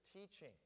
teaching